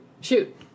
shoot